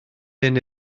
hyn